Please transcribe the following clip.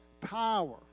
power